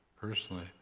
personally